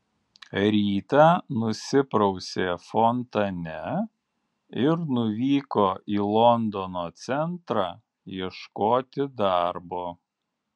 rytą nusiprausė fontane ir nuvyko į londono centrą ieškoti darbo